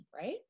right